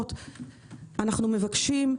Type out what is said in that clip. אנו מבקשים,